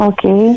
Okay